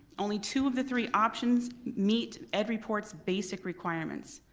only two of the three options meet every port's basic requirements.